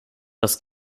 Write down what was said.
das